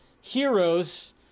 heroes